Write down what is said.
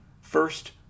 First